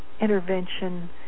intervention